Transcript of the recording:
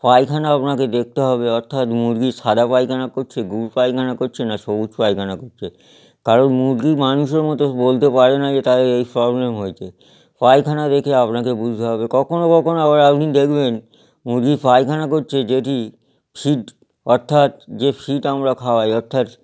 পায়খানা আপনাকে দেখতে হবে অর্থাৎ মুরগি সাদা পায়খানা করছে গু পায়খানা করছে না সবুজ পায়খানা করছে কারণ মুরগি মানুষের মতো বলতে পারে না যে তাদের এই প্রব্লেম হয়েছে পায়খানা দেখে আপনাকে বুঝতে হবে কখনও কখনও আবার আপনি দেখবেন মুরগি পায়খানা করছে যেটি ফিড অর্থাৎ যে ফিড আমরা খাওয়াই অর্থাৎ